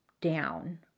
down